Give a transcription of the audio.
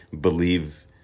believe